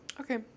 Okay